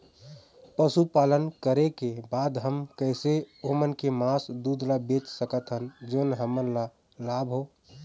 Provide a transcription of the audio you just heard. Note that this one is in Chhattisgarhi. पशुपालन करें के बाद हम कैसे ओमन के मास, दूध ला बेच सकत हन जोन हमन ला लाभ हो?